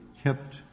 kept